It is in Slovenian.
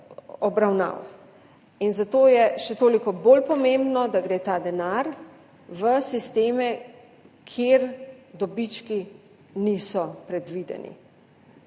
obravnav. Zato je še toliko bolj pomembno, da gre ta denar v sisteme, kjer dobički niso predvideni.